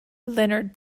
leonard